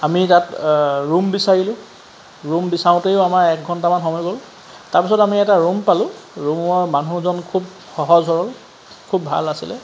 আমি তাত ৰুম বিচাৰিলোঁ ৰুম বিচাৰোঁতেও আমাৰ এক ঘণ্টামান সময় গ'ল তাৰপিছত আমি এটা ৰুম পালোঁ ৰুমৰ মানুহজন খুব সহজ সৰল খুব ভাল আছিলে